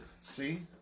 See